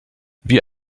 wie